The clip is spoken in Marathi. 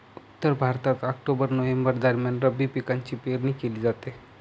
उत्तर भारतात ऑक्टोबर नोव्हेंबर दरम्यान रब्बी पिकांची पेरणी केली जाते